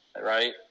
right